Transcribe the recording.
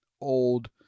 old